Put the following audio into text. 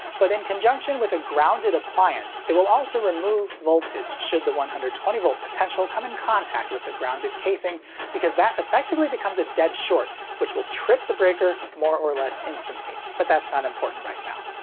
but in conjunction with a grounded appliance it will also remove voltage should the one hundred and twenty v potential come in contact with the grounded casing because that effectively becomes a dead short which will trip the breaker more or less instantly. but that's not important right now.